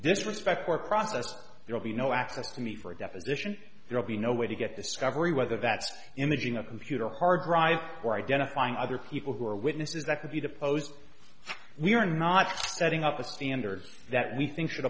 this respect or process there'll be no access to me for a deposition there'll be no way to get discovery whether that's imaging a computer hard drive or identifying other people who are witnesses that could be deposed we are not setting up the standards that we think should